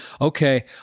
Okay